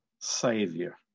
Savior